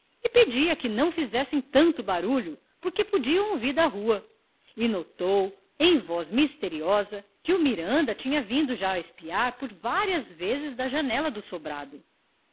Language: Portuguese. pedia que não fizessem tanto barulho porque podiam ouvir da rua e notou em voz misteriosa que o miranda tinha vindo já espiar por várias vezes da janela do sobrado